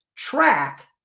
track